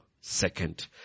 Second